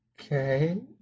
okay